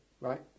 Right